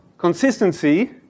Consistency